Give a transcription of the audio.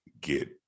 get